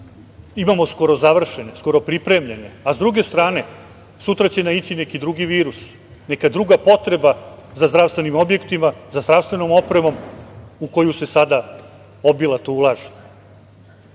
imamo skoro završene, skoro pripremljene.S druge strane sutra će naići neki drugi virus, neka druga potreba za zdravstvenim objektima, za zdravstvenom opremom u koju se sada obilato ulaže.